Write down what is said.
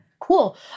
cool